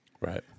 Right